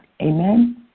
Amen